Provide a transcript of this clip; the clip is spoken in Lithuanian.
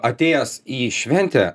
atėjęs į šventę